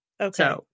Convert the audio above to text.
Okay